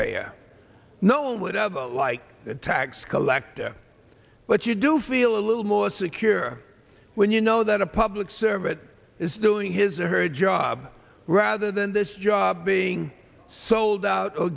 taxpayer no one would ever like a tax collector but you do feel a little more secure when you know that a public servant is doing his or her job rather than this job being sold out